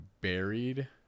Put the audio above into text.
buried